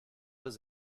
does